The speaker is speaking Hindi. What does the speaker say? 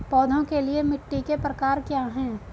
पौधों के लिए मिट्टी के प्रकार क्या हैं?